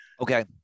Okay